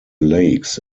lakes